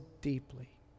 deeply